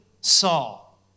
Saul